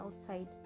outside